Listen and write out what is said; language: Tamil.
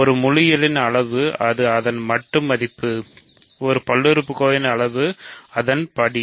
ஒரு முழு எண்ணின் அளவு அது அதன் மட்டு மதிப்பு ஒரு பல்லுறுப்புக்கோவையின் அளவு அதன் படி